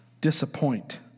disappoint